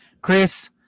Chris